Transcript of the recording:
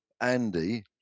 Andy